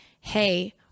Hey